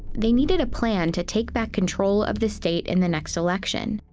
they needed a plan to take back control of the state in the next election.